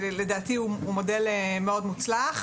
שלדעתי הוא מודל מאוד מוצלח.